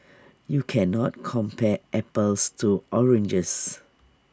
you can not compare apples to oranges